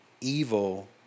evil